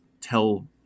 tell